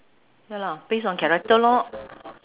ya lah base on character lor